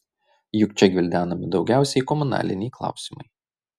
juk čia gvildenami daugiausiai komunaliniai klausimai